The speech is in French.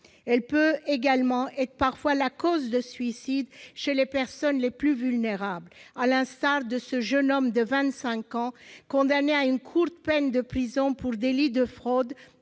Elle peut également être la cause de suicide chez les personnes les plus vulnérables, à l'instar de ce jeune homme de 25 ans, condamné à une brève peine de prison pour délit de fraude